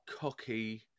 cocky